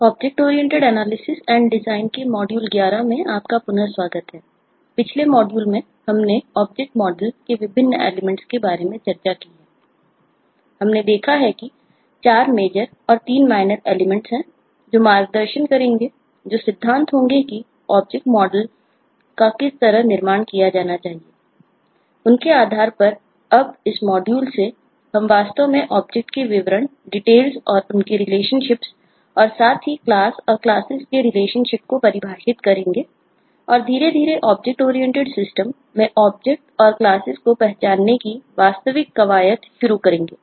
object oriented analysis and design को पहचानने की वास्तविक कवायद शुरू करेंगे